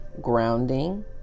grounding